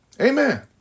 Amen